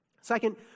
Second